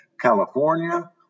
California